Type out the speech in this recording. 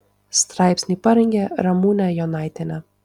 straipsnį parengė ramūnė jonaitienė